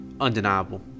undeniable